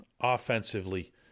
Offensively